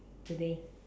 today